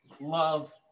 love